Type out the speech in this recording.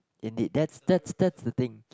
indeed that's that's that's the thing